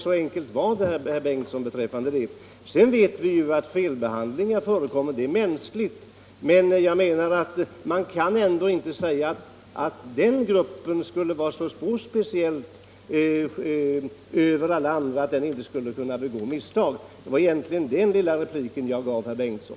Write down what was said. Så enkel var den saken, herr Bengtsson! Att felbehandlingar tyvärr förekommer vet vi. Sådant är mänskligt, men vi kan väl ändå inte säga att man i just den här gruppen skulle stå så speciellt högt över alla andra att man inte skulle kunna begå några misstag. Det var egentligen den lilla repliken jag gav herr Bengtsson.